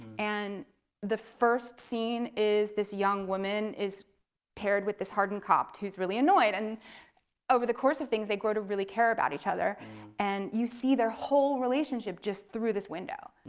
and the first scene is this young woman is paired with this hardened cop who's really annoyed. and over the course of things they grow to really care about each other and you see their whole relationship just through this window.